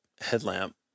headlamp